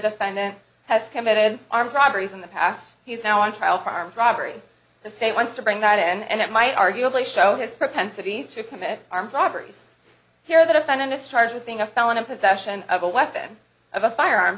then has committed armed robberies in the past he's now on trial for armed robbery the state wants to bring that in and it might arguably show his propensity to commit armed robberies here that offend him to start with being a felon in possession of a weapon of a firearm